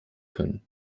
können